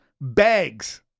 Bags